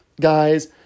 guys